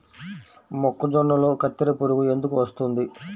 మొక్కజొన్నలో కత్తెర పురుగు ఎందుకు వస్తుంది?